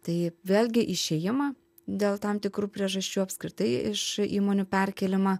tai vėlgi išėjimą dėl tam tikrų priežasčių apskritai iš įmonių perkėlimą